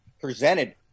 presented